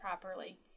properly